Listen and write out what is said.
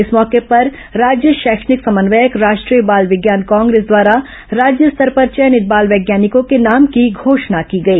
इस मौके पर राज्य शैक्षणिक समन्वयक राष्ट्रीय बाल विज्ञान कांग्रेस द्वारा राज्य स्तर पर चयनित बाल वैज्ञानिकों को नाम की घोषणा की गई